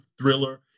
thriller